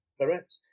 Correct